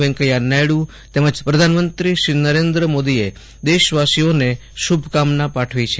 વૈકેયા નાયડુ પ્રધાનમંત્રીશ્રી નરેન્દ્ર મોદીએ દેશવાસીઓને શુભકામના પાઠવી છે